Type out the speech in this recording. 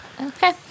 Okay